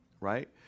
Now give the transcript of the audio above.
right